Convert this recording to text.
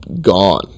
gone